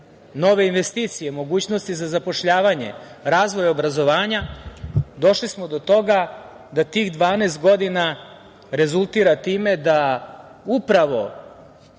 nove investicije, mogućnosti za zapošljavanje, razvoj obrazovanja, došli smo do toga da tih 12 godina rezultira time da se upravo